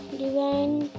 divine